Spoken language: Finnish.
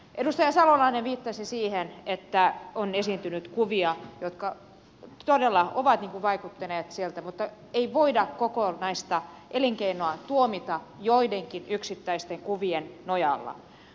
edustaja salolainen viittasi siihen että on esiintynyt kuvia jotka todella ovat niin kuin vaikuttaneet siltä mutta ei voida kokonaista elinkeinoa tuomita joidenkin yksittäisten kuvien nojalla